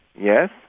Yes